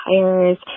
tires